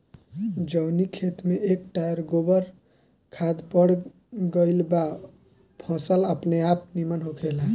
जवनी खेत में एक टायर गोबर के खाद पड़ गईल बा फसल अपनेआप निमन होखेला